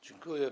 Dziękuję.